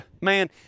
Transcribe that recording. man